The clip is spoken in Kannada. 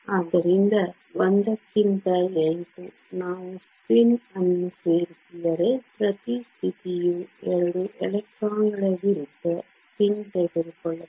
ಆದ್ದರಿಂದ 1 ಕ್ಕಿಂತ 8 ನಾವು ಸ್ಪಿನ್ ಅನ್ನು ಸೇರಿಸಿದರೆ ಪ್ರತಿ ಸ್ಥಿತಿವು 2 ಎಲೆಕ್ಟ್ರಾನ್ಗಳ ವಿರುದ್ಧ ಸ್ಪಿನ್ ತೆಗೆದುಕೊಳ್ಳಬಹುದು